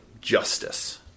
Justice